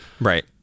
Right